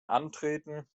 antreten